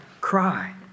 cry